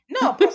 No